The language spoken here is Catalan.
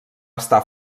estar